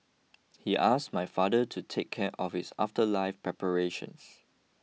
he ask my father to take care of his afterlife preparations